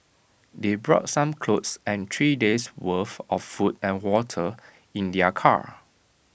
they brought some clothes and three days' worth of food and water in their car